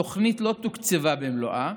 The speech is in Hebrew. התוכנית לא תוקצבה במלואה,